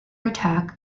attack